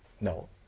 No